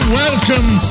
welcome